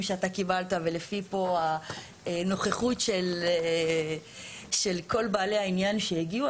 שאתה קיבלת ולפי הנוכחות של כל בעלי העניין שהגיעו,